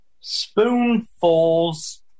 spoonfuls